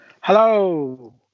Hello